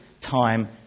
time